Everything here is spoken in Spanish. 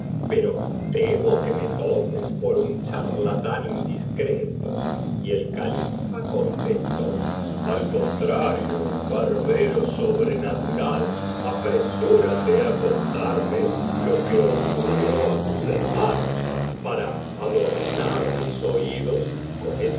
pero temo que me tomes por un charlatán indiscreto y el califa contestó al contrarío barbero sobrenatural apresúrate á contarme lo que ocurrió á tus hermanos para adornar mis oídos con esas